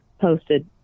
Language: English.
posted